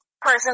person